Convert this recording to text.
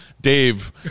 Dave